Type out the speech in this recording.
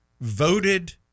voted